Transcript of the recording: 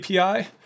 API